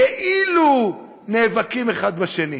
כאילו נאבקים אחד בשני,